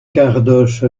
cardoche